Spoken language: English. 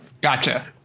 Gotcha